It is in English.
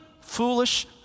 foolish